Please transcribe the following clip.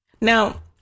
Now